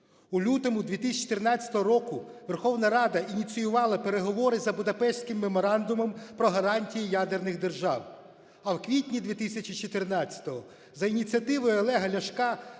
У лютому 2014 року Верховна Рада ініціювала переговори за Будапештським меморандумом про гарантії ядерних держав. А в квітні 2014-го за ініціативою Олега Ляшка